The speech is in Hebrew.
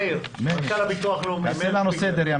מאיר, מנכ"ל הביטוח הלאומי, תעשה לנו סדר.